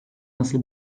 nasıl